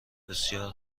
بسیار